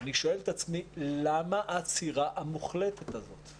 אני שואל את עצמי למה העצירה המוחלטת הזאת?